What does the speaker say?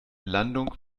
landung